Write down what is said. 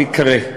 המתקרא,